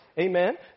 Amen